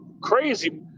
crazy